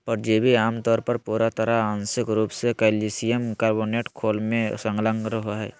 परिजीवी आमतौर पर पूरा तरह आंशिक रूप से कइल्शियम कार्बोनेट खोल में संलग्न रहो हइ